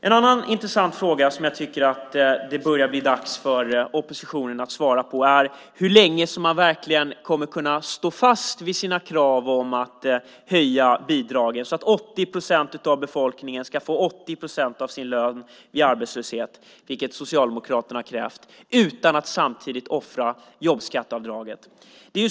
En annan intressant fråga som det börjar bli dags för oppositionen att svara på är hur länge man kommer att kunna stå fast vid sina krav på att höja bidragen så att 80 procent av befolkningen ska få 80 procent av sin lön vid arbetslöshet, vilket Socialdemokraterna har krävt, utan att samtidigt offra jobbskatteavdraget.